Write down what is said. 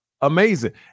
amazing